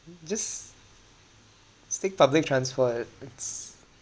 just just take public transport it's